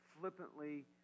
flippantly